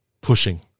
pushing